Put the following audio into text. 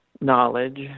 knowledge